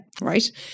Right